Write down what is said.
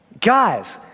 Guys